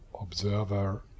observer